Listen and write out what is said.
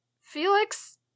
Felix